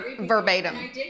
verbatim